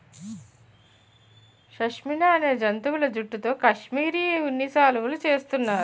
షష్మినా అనే జంతువుల జుట్టుతో కాశ్మిరీ ఉన్ని శాలువులు చేస్తున్నారు